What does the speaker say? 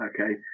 okay